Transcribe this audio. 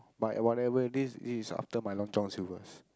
but whatever it is this is after my Long-John-Silvers